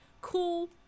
cool